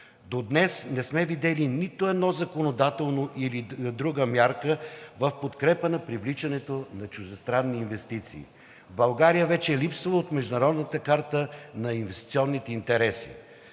До днес не сме видели нито една законодателна или друга мярка в подкрепа на привличането на чуждестранни инвестиции. България вече липсва от международната карта на инвестиционните интереси.